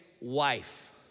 wife